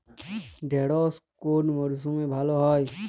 ঢেঁড়শ কোন মরশুমে ভালো হয়?